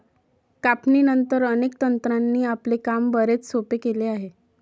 कापणीनंतर, अनेक तंत्रांनी आपले काम बरेच सोपे केले आहे